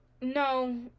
no